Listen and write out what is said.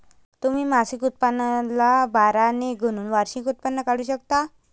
तुम्ही मासिक उत्पन्नाला बारा ने गुणून वार्षिक उत्पन्न काढू शकता